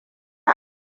ne